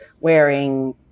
wearing